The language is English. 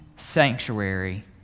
sanctuary